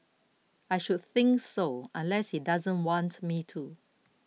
I should think so unless he doesn't want me to